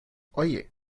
oye